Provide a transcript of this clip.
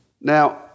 Now